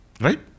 Right